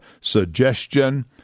suggestion